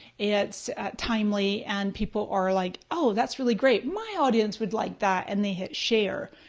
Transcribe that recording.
it's timely and people are like, oh, that's really great, my audience would like that and they hit share.